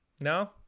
no